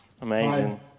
Amazing